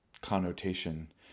connotation